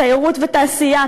תיירות ותעשייה,